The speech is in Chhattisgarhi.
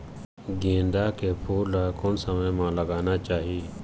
गेंदा के फूल ला कोन समय मा लगाना चाही?